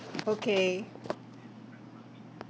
okay